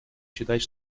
считать